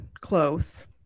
close